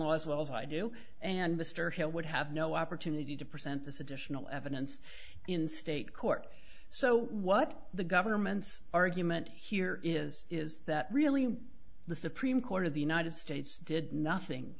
as well as i do and mr hill would have no opportunity to present this additional evidence in state court so what the government's argument here is is that really the supreme court of the united states did nothing